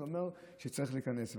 זה אומר שצריך להיכנס.